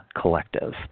collective